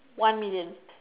one million